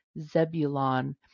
Zebulon